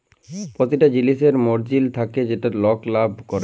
পতিটা জিলিসের মার্জিল থ্যাকে যেটতে লক লাভ ক্যরে যায়